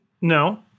No